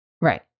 Right